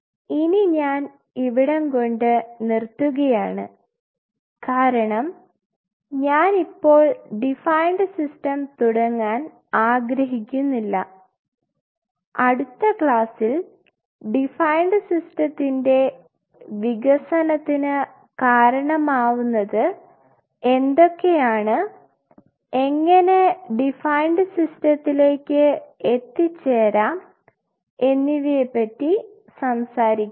ഇനി ഞാൻ ഇവിടംകൊണ്ട് നിർത്തുകയാണ് കാരണം ഞാൻ ഇപ്പോൾ ഡിഫൈൻഡ് സിസ്റ്റം തുടങ്ങാൻ ആഗ്രഹിക്കുന്നില്ല അടുത്ത ക്ലാസ്സിൽ ഡിഫൈൻഡ് സിസ്റ്റത്തിൻറെ വികസനത്തിന് കാരണമാവുന്നത് എന്തൊക്കെയാണ് എങ്ങനെ ഡിഫൈൻഡ് സിസ്റ്റത്തിലേക്ക് എത്തിച്ചേരാം എന്നിവയെ പറ്റി സംസാരിക്കാം